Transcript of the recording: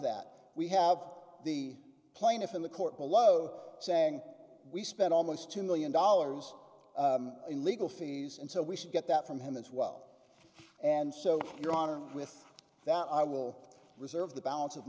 that we have the plaintiff in the court below saying we spent almost two million dollars in legal fees and so we should get that from him as well and so your honor with that i will reserve the balance of